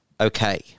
Okay